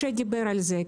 משה דיבר על זה,